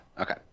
Okay